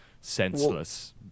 senseless